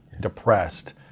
depressed